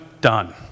Done